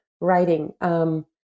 writing